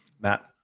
Matt